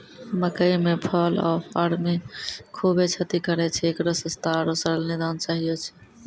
मकई मे fall of army खूबे क्षति करेय छैय, इकरो सस्ता आरु सरल निदान चाहियो छैय?